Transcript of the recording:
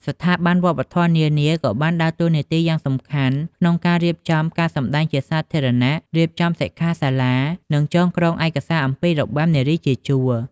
ស្ថាប័នវប្បធម៌នានាក៏បានដើរតួនាទីយ៉ាងសំខាន់ក្នុងការរៀបចំការសម្តែងជាសាធារណៈ រៀបចំសិក្ខាសាលា និងចងក្រងឯកសារអំពីរបាំនារីជាជួរ។